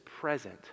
present